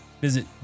Visit